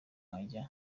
nkajya